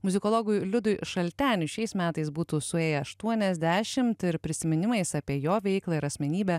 muzikologui liudui šalteniui šiais metais būtų suėję aštuoniasdešimt ir prisiminimais apie jo veiklą ir asmenybę